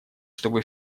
чтобы